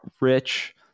rich